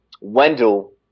Wendell